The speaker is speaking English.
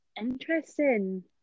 Interesting